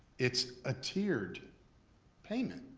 it's a tiered payment.